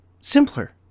simpler